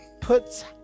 puts